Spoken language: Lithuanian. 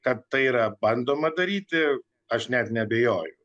kad tai yra bandoma daryti aš net neabejoju